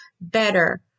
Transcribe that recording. better